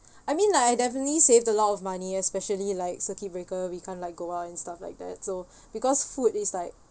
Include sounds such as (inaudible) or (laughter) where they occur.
(breath) I mean like I definitely saved a lot of money especially like circuit breaker we can't like go out and stuff like that so (breath) because food is like